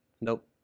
Nope